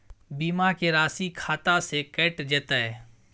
बीमा के राशि खाता से कैट जेतै?